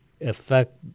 affect